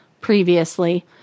previously